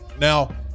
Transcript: Now